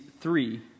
three